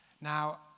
Now